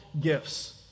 gifts